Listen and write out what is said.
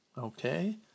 okay